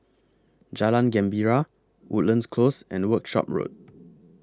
Jalan Gembira Woodlands Close and Workshop Road